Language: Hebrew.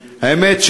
האמת,